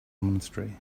monastery